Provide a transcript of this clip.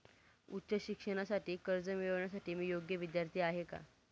उच्च शिक्षणासाठी कर्ज मिळविण्यासाठी मी योग्य विद्यार्थी आहे का?